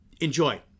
Enjoy